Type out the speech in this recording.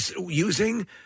using